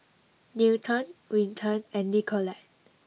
Newton Winton and Nicolette